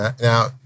now